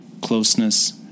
closeness